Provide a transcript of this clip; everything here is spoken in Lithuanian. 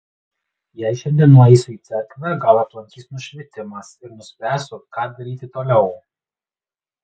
jei šiandien nueisiu į cerkvę gal aplankys nušvitimas ir nuspręsiu ką daryti toliau